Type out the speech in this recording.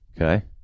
Okay